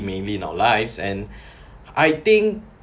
mainly in our lives and I think